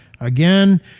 Again